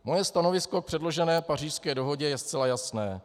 Moje stanovisko k předložené Pařížské dohodě je zcela jasné.